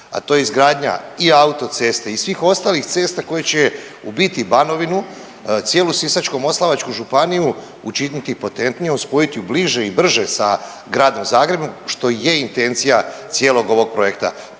a to je izgradnja i autoceste i svih ostalih cesta koje će u biti Banovinu, cijelu Sisačko-moslavačku županiji učiniti potentnijom, spojiti ju bliže i brže sa gradom Zagrebom, što i je intencija cijelog ovog projekta,